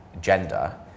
gender